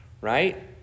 right